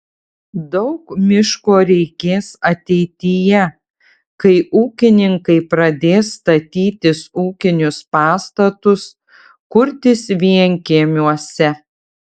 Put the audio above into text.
daug miško reikės ateityje kai ūkininkai pradės statytis ūkinius pastatus kurtis vienkiemiuose